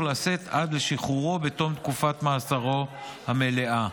לשאת עד לשחרורו בתום תקופת מאסרו המלאה.